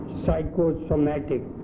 psychosomatic